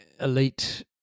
elite